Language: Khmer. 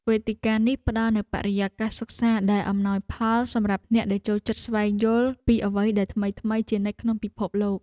វេទិកានេះផ្តល់នូវបរិយាកាសសិក្សាដែលអំណោយផលសម្រាប់អ្នកដែលចូលចិត្តស្វែងយល់ពីអ្វីដែលថ្មីៗជានិច្ចក្នុងពិភពលោក។